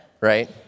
right